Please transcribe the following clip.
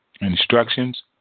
instructions